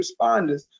responders